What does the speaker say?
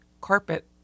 Carpet